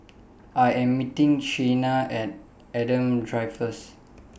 I Am meeting Chynna At Adam Drive First